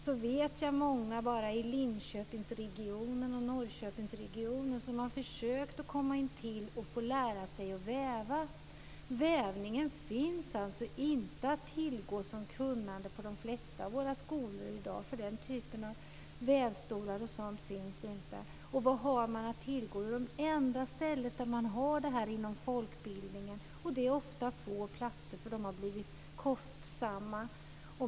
Jag vet att det finns många bara i Linköpingsregionen och Norrköpingsregionen som har försökt att få lära sig att väva. Vävningen finns inte att tillgå som kunnande på de flesta av våra skolor i dag. Den typen av vävstolar finns inte. Vad är det då som finns att tillgå? Jo, det enda stället där detta finns är inom folkbildningen, och det är ofta få platser eftersom de har blivit kostsamma.